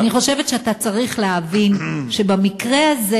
אני חושבת שאתה צריך להבין שבמקרה הזה